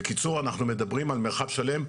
בקיצור, אנחנו מדברים על מרחב שלם.